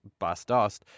Bastos